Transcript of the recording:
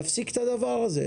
צריך להפסיק את הדבר הזה.